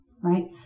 right